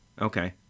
Okay